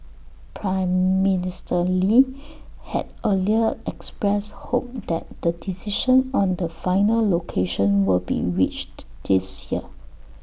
Prime Minister lee had earlier expressed hope that the decision on the final location will be reached this year